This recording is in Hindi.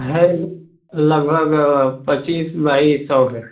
है लगभग पच्चीस बाई सौ है